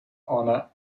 honor